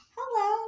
Hello